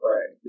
Right